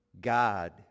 God